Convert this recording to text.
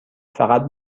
فقط